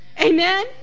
Amen